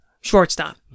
shortstop